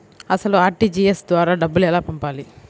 అసలు అర్.టీ.జీ.ఎస్ ద్వారా ఎలా డబ్బులు పంపాలి?